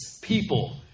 people